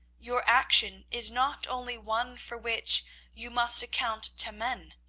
your action is not only one for which you must account to men,